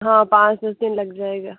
हाँ पाँच दस दिन लग जाएगा